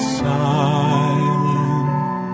silent